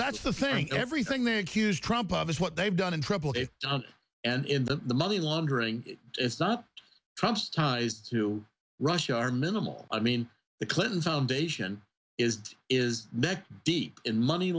that's the thing everything they accused trump of is what they've done in trouble and in the money laundering it's not trump's ties to russia are minimal i mean the clinton foundation is is neck deep in money